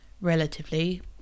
relatively